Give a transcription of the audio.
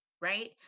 right